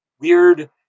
weird